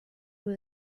was